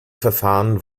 verfahren